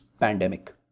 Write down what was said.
pandemic